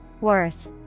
Worth